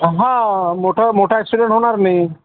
हां मोठा मोठं ॲक्सिडेंट होणार नाही